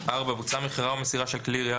(4)בוצעה מכירה או מסירה של כלי ירייה,